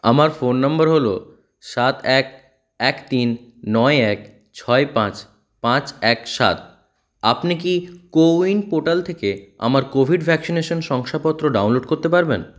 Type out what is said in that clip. আমার phone number হলো সাত এক এক তিন নয় এক ছয় পাঁচ পাঁচ এক সাত আপনি কি কোউইন পোর্টাল থেকে আমার কোভিড ভ্যাকসিনেশন শংসাপত্র ডাউনলোড করতে পারবেন